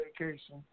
vacation